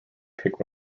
pick